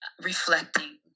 reflecting